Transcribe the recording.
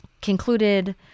concluded